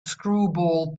screwball